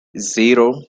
zero